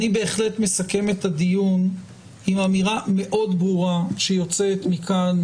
אני בהחלט מסכם את הדיון עם אמירה מאוד ברורה שיוצאת מכאן,